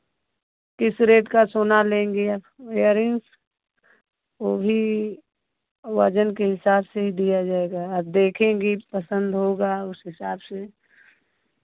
किस रेट का सोना लेंगे या इयरिंग्स वो भी वजन के हिसाब से ही दिया जाएगा अब देखेंगी पसंद होगा उस हिसाब से